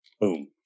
Boom